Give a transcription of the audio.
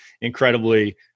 incredibly